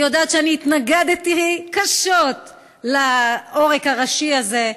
והיא יודעת שאני התנגדתי קשות לעורק הראשי הזה,